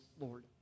Lord